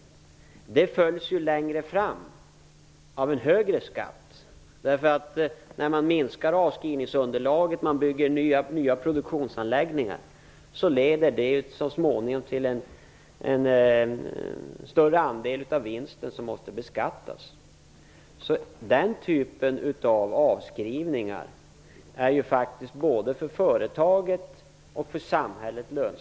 Det följs av en högre skatt längre fram. När man minskar avskrivningsunderlaget och bygger nya produktionsanläggningar leder det så småningom till att en större andel av vinsten måste beskattas. Den typen av avskrivningar är lönsamma både för företaget och för samhället.